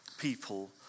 people